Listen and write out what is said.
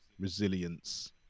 resilience